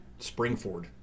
Springford